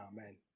Amen